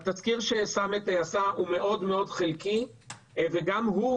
התסקיר שסמט עשה הוא מאוד מאוד חלקי וגם הוא